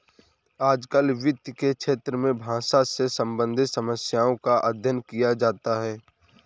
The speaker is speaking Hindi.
आजकल वित्त के क्षेत्र में भाषा से सम्बन्धित समस्याओं का अध्ययन किया जाता है